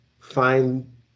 find